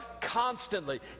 constantly